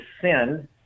sin